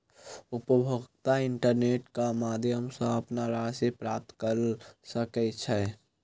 उपभोगता इंटरनेट क माध्यम सॅ अपन राशि प्राप्त कय सकै छै